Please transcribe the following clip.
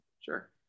sure